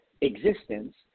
existence